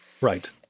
Right